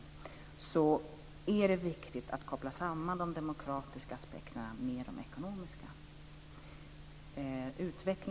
Och då är det viktigt att koppla samman de demokratiska aspekterna med de ekonomiska.